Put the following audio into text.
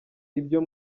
ibyo